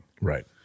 Right